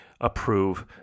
approve